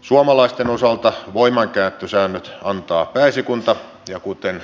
suomalaisten osalta voimankäyttösäännöt antaa pääesikunta ja kuten